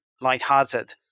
lighthearted